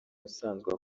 usanzwe